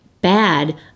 bad